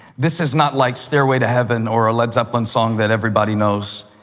this is not like stairway to heaven or a led zeppelin song that everybody knows.